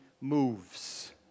moves